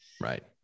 Right